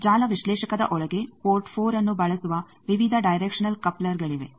ಜಾಲ ವಿಶ್ಲೇಷಕದ ಒಳಗೆ ಪೋರ್ಟ್ 4ಅನ್ನು ಬಳಸುವ ವಿವಿಧ ಡೈರೆಕ್ಷನಲ್ ಕಪ್ಲರ್ಗಳಿವೆ